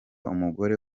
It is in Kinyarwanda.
umugore